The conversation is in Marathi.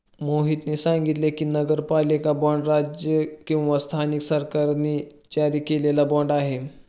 मोहितने सांगितले की, नगरपालिका बाँड राज्य किंवा स्थानिक सरकारांनी जारी केलेला बाँड आहे